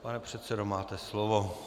Pane předsedo, máte slovo.